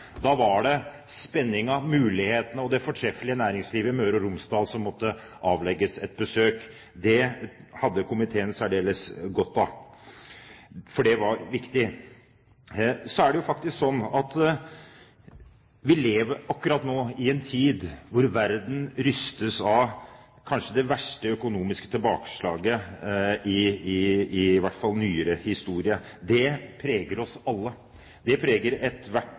Da var det spenningen, mulighetene og det fortreffelige næringslivet i Møre og Romsdal som måtte avlegges et besøk. Det hadde komiteen særdeles godt av, for det var viktig. Vi lever akkurat nå i en tid hvor verden faktisk rystes av kanskje det verste økonomiske tilbakeslaget i hvert fall i nyere historie. Det preger oss alle. Det preger ethvert